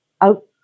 Out